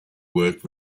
work